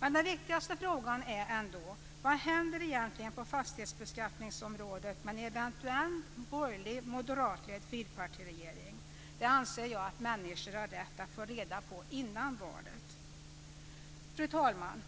Men den viktigaste frågan är ändå: Vad händer egentligen på fastighetsbeskattningsområdet med en eventuell borgerlig, moderatledd, fyrpartiregering? Det anser jag att människor har rätt att få reda på innan valet. Fru talman!